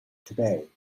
today